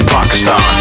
Pakistan